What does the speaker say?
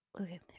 Okay